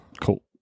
Cool